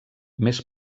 més